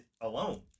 alone